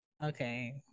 Okay